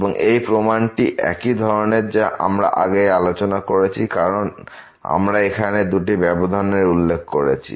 এবং এই প্রমাণটি একই ধরনের যা আমরা আগেই আলোচনা করেছি কারণ আমরা এখানে দুটি ব্যবধান উল্লেখ করেছি